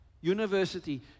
University